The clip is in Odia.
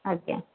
ଆଜ୍ଞା